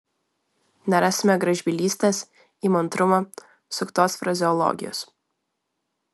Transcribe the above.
nerasime gražbylystės įmantrumo suktos frazeologijos